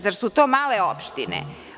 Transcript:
Zar su to male opštine?